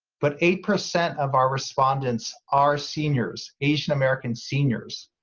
but eight percent of our respondents are seniors, asian-american seniors.